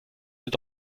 sind